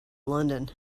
london